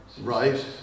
Right